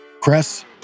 Chris